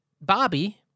Bobby